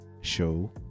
show